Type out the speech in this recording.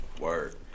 Word